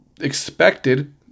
expected